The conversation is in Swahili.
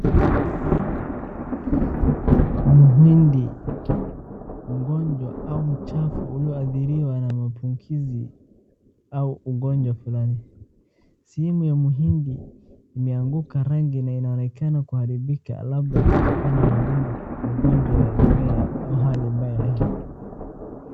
Mahindi mgonjwa au mchafu ulioadhiriwa na mapungizi au ugonjwa fulani, sehemu ya mahindi imeanguka rangi na kuonekana imeharibika labda kutokana na wadudu, magonjwa ya mimea au hali mbaya ya hewa.